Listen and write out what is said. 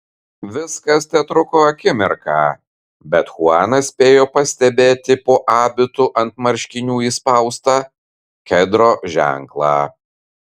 viskas tetruko akimirką bet chuanas spėjo pastebėti po abitu ant marškinių įspaustą kedro ženklą